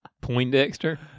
Poindexter